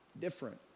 different